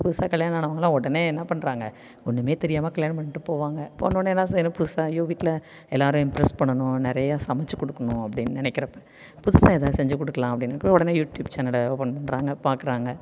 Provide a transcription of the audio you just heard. இப்போ புதுசாக கல்யாணம் ஆனவங்கள்லாம் உடனே என்ன பண்ணுறாங்க ஒன்றுமே தெரியாமல் கல்யாணம் பண்ட்டு போவாங்க போனவுடனே என்ன செய்கிறது புதுசாக ஐயோ வீட்டில எல்லாரும் இம்ப்ரஸ் பண்ணணும் நிறைய சமைத்து கொடுக்கணும் அப்படினு நினைக்கிறப்ப புதுசாக எதாவது செஞ்சி கொடுக்கலாம் அப்படினிட்டு உடனே யூடியூப் சேனலை ஓப்பன் பண்ணுறாங்க பார்க்குறாங்க